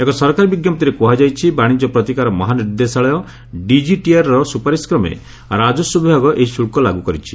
ଏକ ସରକାରୀ ବିଞ୍ଘପ୍ତିରେ କୁହାଯାଇଛି ବାଶିକ୍ୟ ପ୍ରତିକାର ମହାନିର୍ଦ୍ଦେଶାଳୟ ଡିକିଟିଆର୍ର ସୁପାରିସ୍କ୍ରମେ ରାଜସ୍ୱ ବିଭାଗ ଏହି ଶୁଳ୍କ ଲାଗୁ କରିଛି